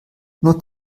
nur